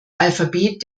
alphabet